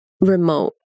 remote